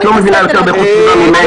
את לא מבינה יותר באיכות סביבה ממני.